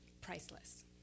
priceless